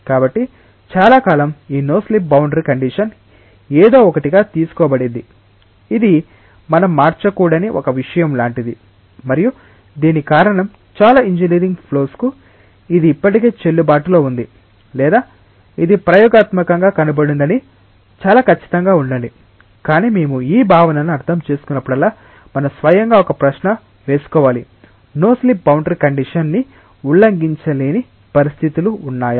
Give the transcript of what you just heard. కాబట్టి చాలా కాలంగా ఈ నో స్లిప్ బౌండరీ కండిషన్ ఏదో ఒకటిగా తీసుకోబడింది ఇది మనం మార్చకూడని ఒక విషయం లాంటిది మరియు దిని కారణం చాలా ఇంజనీరింగ్ ఫ్లోస్ కు ఇది ఇప్పటికీ చెల్లుబాటులో ఉంది లేదా ఇది ప్రయోగాత్మకంగా కనుగొనబడిందని చాలా కచ్చితంగా ఉండండి కానీ మేము ఈ భావనను అర్థం చేసుకున్నప్పుడల్లా మనం స్వయంగా ఒక ప్రశ్న వేసుకోవాలి నో స్లిప్ బౌండరీ కండిషన్ ని ఉల్లంఘించలేని పరిస్థితులు ఉన్నాయా